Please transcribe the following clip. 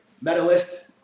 medalist